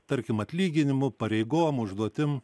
tarkim atlyginimų pareigom užduotim